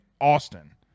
Austin